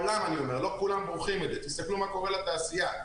תסתכלו מה קורה לתעשייה.